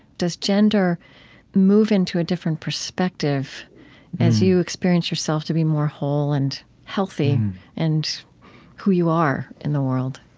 does gender move into a different perspective as you experience yourself to be more whole and healthy and who you are in the world?